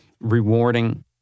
rewarding